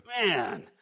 Man